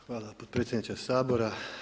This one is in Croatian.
Hvala potpredsjedniče Sabora.